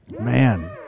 Man